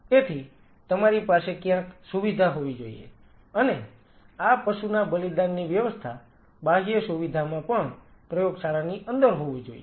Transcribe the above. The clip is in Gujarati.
તેથી તમારી પાસે ક્યાંક સુવિધા હોવી જોઈએ અને આ પશુના બલિદાનની વ્યવસ્થા બાહ્ય સુવિધામાં પરંતુ પ્રયોગશાળાની અંદર હોવો જોઈએ